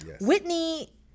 Whitney